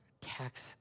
tax